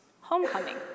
Homecoming